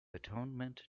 atonement